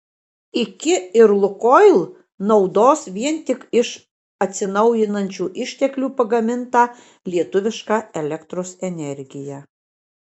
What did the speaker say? iki ir lukoil naudos vien tik iš atsinaujinančių išteklių pagamintą lietuvišką elektros energiją